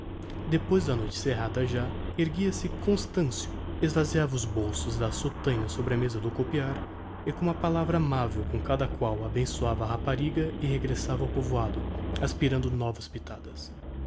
depois noite cerrada já erguia-se constancio esvasiava o bolso da sotaina sobre a mesa do copiar e com uma palavra amavel para cada qual abençoava a rapariga e regressava ao povoado aspirando novas pitadas